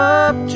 up